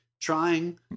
trying